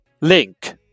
link